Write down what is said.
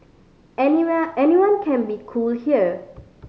anyone anyone can be cool here